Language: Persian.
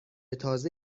تازه